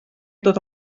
tot